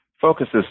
focuses